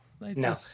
No